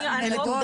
מלגות.